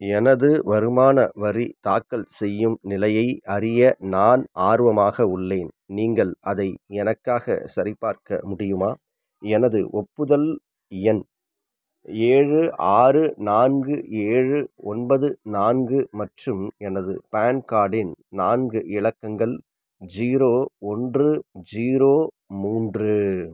எனது வருமான வரி தாக்கல் செய்யும் நிலையை அறிய நான் ஆர்வமாக உள்ளேன் நீங்கள் அதை எனக்காக சரிபார்க்க முடியுமா எனது ஒப்புதல் எண் ஏழு ஆறு நான்கு ஏழு ஒன்பது நான்கு மற்றும் எனது பான் கார்டின் நான்கு இலக்கங்கள் ஜீரோ ஒன்று ஜீரோ மூன்று